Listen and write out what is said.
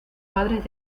padres